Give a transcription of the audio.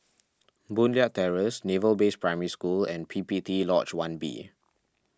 Boon Leat Terrace Naval Base Primary School and P P T Lodge one B